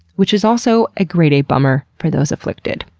which is also a grade a bummer for those afflicted.